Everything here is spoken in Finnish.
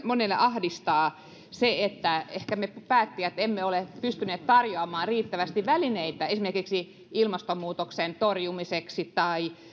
monia ahdistaa se että ehkä me päättäjät emme ole pystyneet tarjoamaan riittävästi sellaisia välineitä esimerkiksi ilmastonmuutoksen torjumiseksi tai